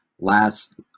last